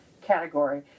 category